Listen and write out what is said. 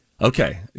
Okay